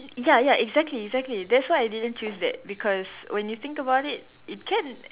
ya ya exactly exactly that's why I didn't choose that because when you think about it it can